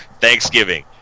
Thanksgiving